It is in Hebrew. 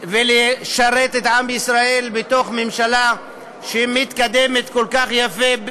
לשרת את עם ישראל בתוך ממשלה שמתקדמת כל כך יפה,